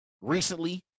Recently